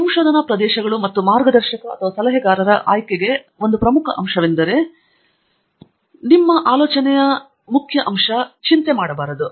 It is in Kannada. ದೇಶಪಾಂಡೆ ಸಂಶೋಧನಾ ಪ್ರದೇಶಗಳು ಮತ್ತು ಮಾರ್ಗದರ್ಶಕ ಮತ್ತು ಸಲಹೆಗಾರರ ಈ ಆಯ್ಕೆಗೆ ಒಂದು ಪ್ರಮುಖ ಅಂಶವೆಂದರೆ ನಿಮ್ಮ ಆಲೋಚನೆಯ ಕೇಂದ್ರ ಅಂಶವು ಚಿಂತೆ ಮಾಡಬಾರದು